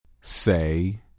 Say